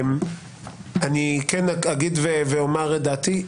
אני כן אומר את דעתי.